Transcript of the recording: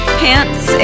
pants